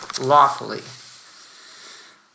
lawfully